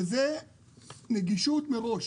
זה נגישות מראש